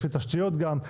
זה לפי תשתיות גם,